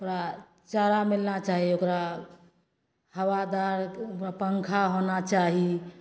ओकरा चारा मिलना चाही ओकरा हबादारके पँखा होना चाही